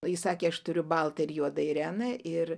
ji sakė aš turiu baltą ir juodą ireną ir